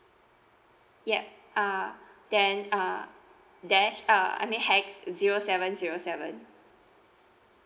ya uh then uh dash uh I mean hex zero seven zero seven